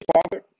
Father